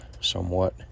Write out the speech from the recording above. somewhat